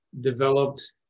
Developed